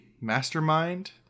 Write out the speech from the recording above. mastermind